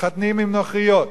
מתחתנים עם נוכריות,